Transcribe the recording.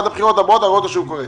עד הבחירות הבאות תראה אותו שהוא קורס.